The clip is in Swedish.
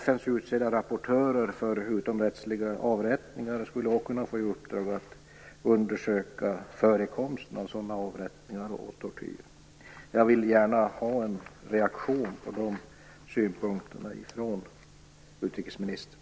FN:s utsedda rapportörer för utomrättsliga avrättningar skulle då kunna få i uppdrag att undersöka förekomsten av sådana avrättningar och av tortyr. Jag vill gärna ha en reaktion på dessa synpunkter från utrikesministern.